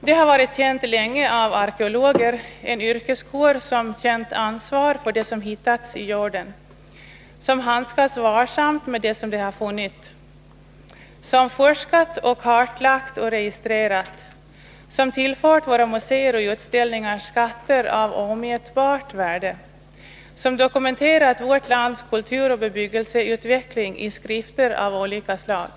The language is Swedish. Det har varit känt länge av arkeologer — en yrkeskår som känt ansvar för det som hittats i jorden, som handskats varsamt med det som den har funnit, som forskat och kartlagt och registrerat, som tillfört våra museer och utställningar skatter av omätbart värde, som dokumenterat vårt lands kulturoch bebyggelseutvecklingi skrifter av olika slag.